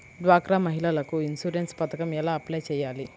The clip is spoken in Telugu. డ్వాక్రా మహిళలకు ఇన్సూరెన్స్ పథకం ఎలా అప్లై చెయ్యాలి?